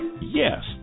yes